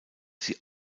sie